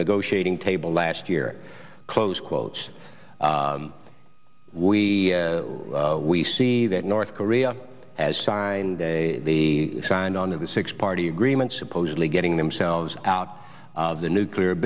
negotiating table last year closed quotes we we see that north korea has signed a signed on to the six party agreement supposedly getting themselves out of the nuclear